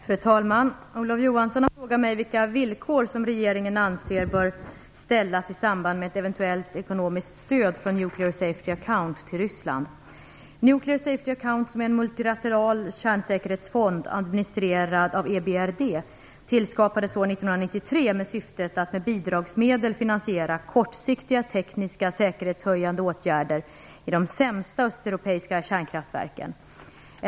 Fru talman! Olof Johansson har frågat mig vilka villkor som regeringen anser bör ställas i samband med ett eventuellt ekonomiskt stöd från Nuclear Safety Account till Ryssland. Nuclear Safety Account , som är en multilateral kärnsäkerhetsfond administrerad av Europeiska utvecklingsbanken , tillskapades år 1993 med syftet att med bidragsmedel finansiera kortsiktiga tekniska säkerhetshöjande åtgärder i de sämsta östeuropeiska kärnkraftverken.